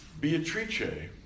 Beatrice